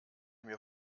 mir